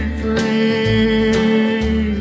free